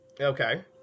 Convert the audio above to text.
Okay